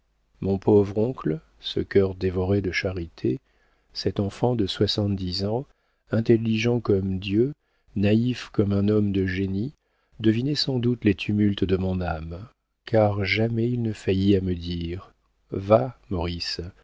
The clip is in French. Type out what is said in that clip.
mon pauvre oncle ce cœur dévoré de charité cet enfant de soixante-dix ans intelligent comme dieu naïf comme un homme de génie devinait sans doute les tumultes de mon âme car jamais il ne faillit à me dire va maurice